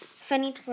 Sunny